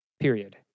Period